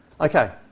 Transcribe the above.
Okay